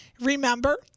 Remember